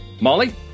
Molly